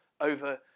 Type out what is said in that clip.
over